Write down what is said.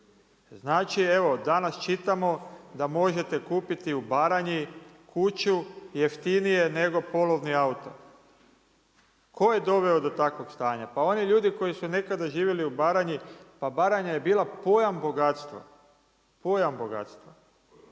Znači evo danas čitamo da možete kupiti u Baranji kuću jeftinije nego polovni auto. Tko je doveo do takvog stanja? Pa oni ljudi koji su nekada živjeli u Baranji pa Baranja je bila pojam bogatstva. A šta